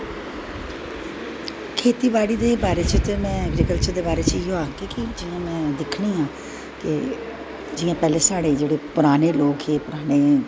खेत्ती बाड़ी दे बारे च ऐग्रीकल्चर दे बारे चे ते में इयै आखगी जियां पैह्लें साढ़ा पराने लोग हे परानें